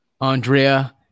Andrea